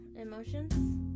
emotions